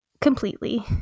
Completely